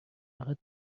فقط